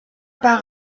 par